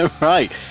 right